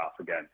again